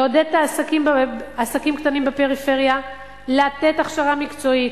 לעודד עסקים קטנים בפריפריה, לתת הכשרה מקצועית.